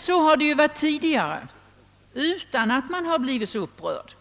Så har det varit tidigare utan att någon blivit upprörd.